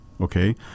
okay